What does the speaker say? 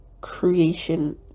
creation